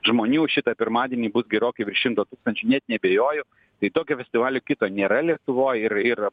žmonių šitą pirmadienį bus gerokai virš šimto tūkstančių net neabejoju tai tokio festivalio kito nėra lietuvoj ir ir